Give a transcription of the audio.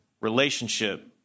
relationship